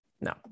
no